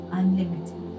unlimited